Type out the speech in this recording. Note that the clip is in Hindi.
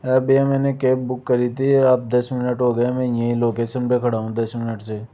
अरे भैया मैने कैब बुक करी थी और अब दस मिनट हो गए हैं मैं यही लोकेशन पे खड़ा हूँ दस मिनट से